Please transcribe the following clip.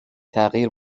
تغییر